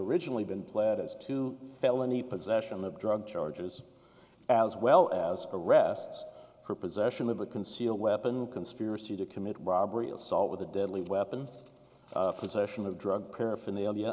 originally been pled as to felony possession of drug charges as well as arrests for possession of a concealed weapon conspiracy to commit robbery assault with a deadly weapon possession of drug paraphernalia